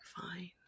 Fine